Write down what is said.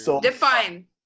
Define